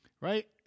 right